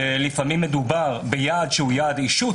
לפעמים מדובר ביעד שהוא יעד אישות,